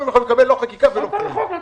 הם יכולים לקבל במקום בלי חקיקה ובלי כלום.